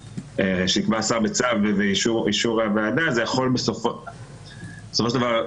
בצו באישור הוועדה זה יכול בסופו של דבר,